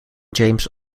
james